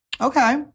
Okay